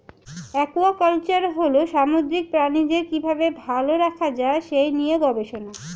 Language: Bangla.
একুয়াকালচার হল সামুদ্রিক প্রাণীদের কি ভাবে ভালো রাখা যায় সেই নিয়ে গবেষণা